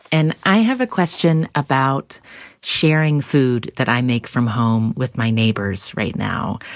and i have a question about sharing food that i make from home with my neighbors right now.